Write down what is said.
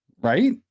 right